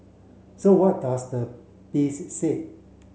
so what does the piece say